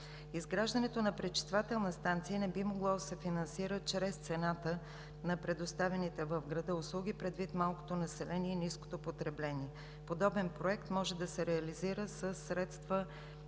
Изграждането на пречиствателна станция не би могло да се финансира чрез цената на предоставените в града услуги предвид малкото население и ниското потребление. Подобен проект може да се реализира със средства